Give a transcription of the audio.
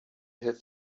have